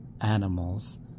animals